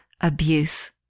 abuse